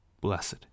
Blessed